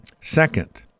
Second